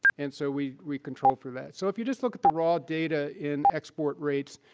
and so we we control for that. so if you just look at the raw data in export rates,